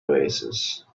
oasis